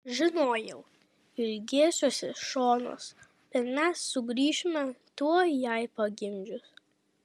žinojau ilgėsiuosi šonos bet mes sugrįšime tuoj jai pagimdžius